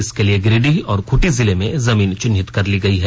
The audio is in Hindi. इसके लिए गिरिडीह और खूंटी जिले में जमीन चिन्हित कर ली गयी है